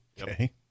Okay